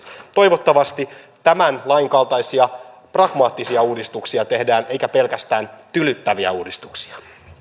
toivottavasti tämän lain kaltaisia pragmaattisia uudistuksia tehdään eikä pelkästään tylyttäviä uudistuksia